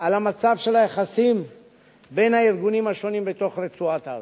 על המצב של היחסים בין הארגונים השונים בתוך רצועת-עזה,